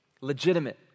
Legitimate